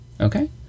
Okay